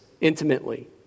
intimately